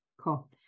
cool